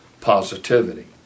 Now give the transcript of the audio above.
positivity